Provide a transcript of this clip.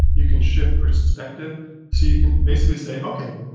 you can shift perspective so you can basically say, okay,